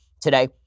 today